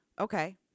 Okay